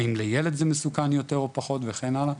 האם לילד זה מסוכן יותר או פחות וכן הלאה,